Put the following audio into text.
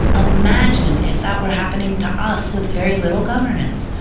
imagine if that were happening to us with very little governance.